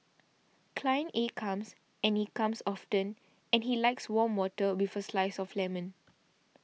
client A comes and he comes often and he likes warm water with a slice of lemon